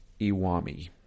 Iwami